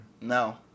No